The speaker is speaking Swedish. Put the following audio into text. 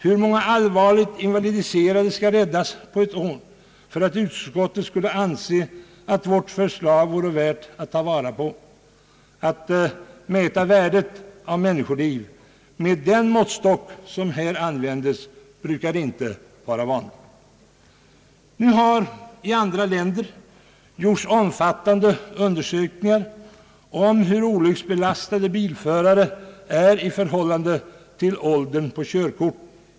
Hur många allvarligt invalidiserade skall räddas på ett år för att utskottet skulle anse att vårt förslag vore värt att ta vara på? Att mäta värdet av människoliv med den måttstock som här använts brukar inte vara vanligt. I andra länder har gjorts omfattande undersökningar om förhållandet mellan olycksbelastade bilförare och åldern på körkortet.